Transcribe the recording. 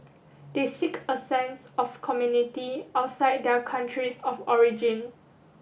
they seek a sense of community outside their countries of origin